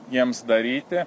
jiems daryti